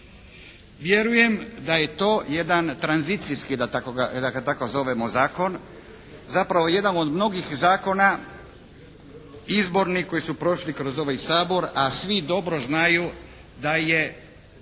Vjerujem da je to jedan tranzicijski da ga tako zovemo, zakon, zapravo jedan od mnogih zakona izbornih koji su prošli kroz ovaj Sabor a svi dobro znaju da je